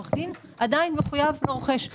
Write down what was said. עורך הדין מחויב לרוכש.